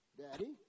daddy